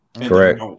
correct